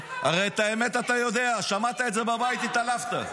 הרי את האמת אתה יודע, שמעת את זה בבית, התעלפת.